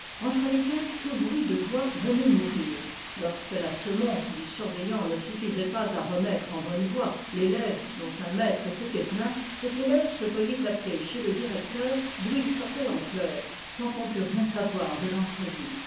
entre lesquelles tout bruit de voix venait mourir lorsque la semonce du surveillant né suffisait pas à remettre en bonne voie l'élève dont un maître s'était plaint cet élève se voyait appelé chez le directeur d'où il sortait en pleurs sans qu'on pût rien savoir de l'entrevue